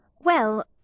Well